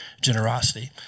generosity